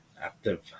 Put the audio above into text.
active